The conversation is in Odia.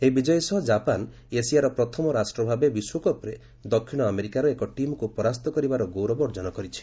ଏହି ବିଜୟ ସହ ଜାପାନ ଏସିଆର ପ୍ରଥମ ରାଷ୍ଟ୍ର ଭାବେ ବିଶ୍ୱକପ୍ରେ ଦକ୍ଷିଣ ଆମେରିକାର ଏକ ଟିମ୍କୁ ପରାସ୍ତ କରିବାର ଗୌରବ ଅର୍ଜନ କରିଛି